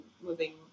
moving